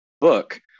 book